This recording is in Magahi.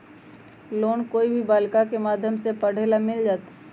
लोन कोई भी बालिका के माध्यम से पढे ला मिल जायत?